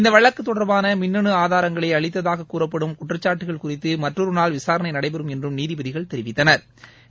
இந்த வழக்கு தொடர்பான மின்னனு ஆதாரங்களை அழித்ததாக கூறப்படும் குற்றச்சாட்டுகள் குறித்து மற்றொரு நாள் விசாரணை நடைபெறும் என்றும் நீதிபதிகள் தெரிவித்தனா்